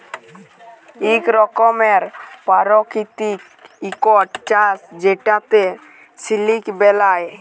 ইক রকমের পারকিতিক ইকট চাষ যেটতে সিলক বেলায়